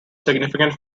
significant